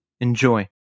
Enjoy